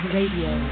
Radio